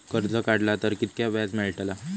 कर्ज काडला तर कीतक्या व्याज मेळतला?